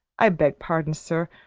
i beg pardon, sir,